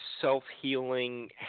self-healing